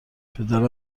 پدرم